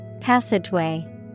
Passageway